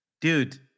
Dude